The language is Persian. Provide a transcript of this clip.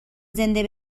زنده